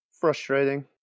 Frustrating